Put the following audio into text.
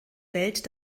welt